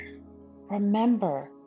Remember